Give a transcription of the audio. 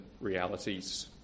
realities